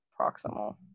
proximal